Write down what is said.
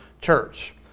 church